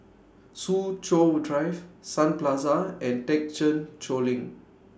Soo Chow Drive Sun Plaza and Thekchen Choling